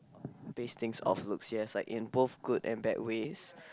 based things off looks yes like in both good and bad ways